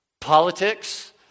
politics